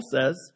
says